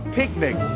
picnic